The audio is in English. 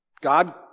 God